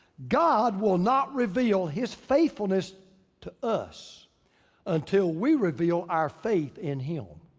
god will not reveal his faithfulness to us until we reveal our faith in him.